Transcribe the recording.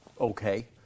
Okay